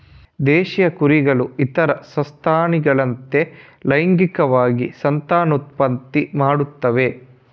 ದೇಶೀಯ ಕುರಿಗಳು ಇತರ ಸಸ್ತನಿಗಳಂತೆ ಲೈಂಗಿಕವಾಗಿ ಸಂತಾನೋತ್ಪತ್ತಿ ಮಾಡುತ್ತವೆ